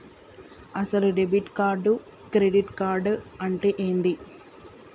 అసలు debit card credit card అంటే ఏంది?